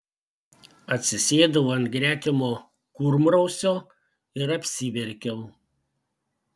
atsisėdau ant gretimo kurmrausio ir apsiverkiau